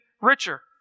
richer